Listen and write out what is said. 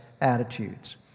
attitudes